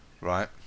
right